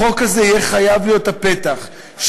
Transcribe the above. החוק הזה יהיה חייב להיות הפתח שיאפשר